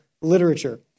literature